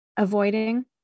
Avoiding